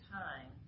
time